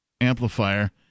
amplifier